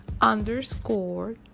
underscore